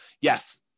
yes